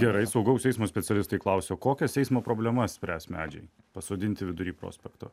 gerai saugaus eismo specialistai klausia kokias eismo problemas spręs medžiai pasodinti vidury prospekto